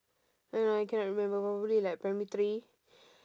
oh no I cannot remember probably like primary three